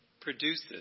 produces